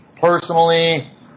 personally